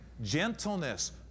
gentleness